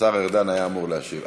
השר ארדן היה אמור להשיב.